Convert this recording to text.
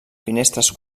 finestres